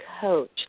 coach